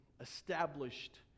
established